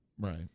Right